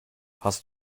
hast